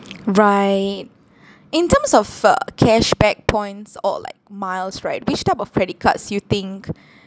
right in terms of uh cashback points or like miles right which type of credit cards you think